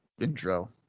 intro